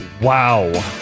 Wow